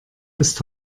ist